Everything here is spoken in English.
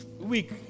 week